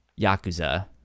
yakuza